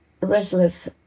restless